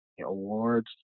awards